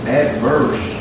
adverse